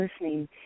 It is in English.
listening